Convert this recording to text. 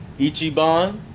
Ichiban